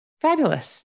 Fabulous